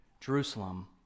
Jerusalem